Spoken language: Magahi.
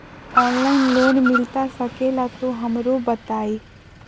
ऑनलाइन लोन मिलता सके ला तो हमरो बताई?